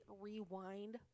rewind